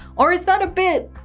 or is that a bit,